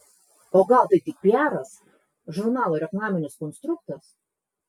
o gal tai tik piaras žurnalo reklaminis konstruktas